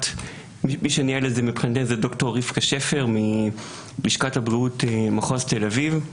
מי שניהל את זה מבחינתנו זה ד"ר רבקה שפר מלשכת הבריאות מחוז תל אביב.